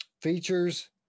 features